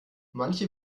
manche